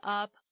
up